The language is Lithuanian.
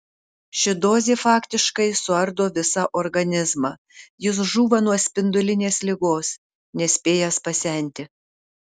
ši dozė faktiškai suardo visą organizmą jis žūva nuo spindulinės ligos nespėjęs pasenti